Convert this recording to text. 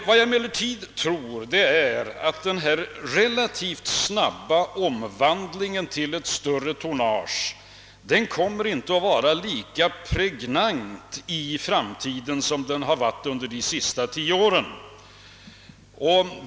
Jag tror emellertid att denna relativt snabba omvandling till ett större tonnage inte kommer att vara lika pregnant i framtiden, som den har varit de senaste tio åren.